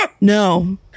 No